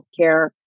healthcare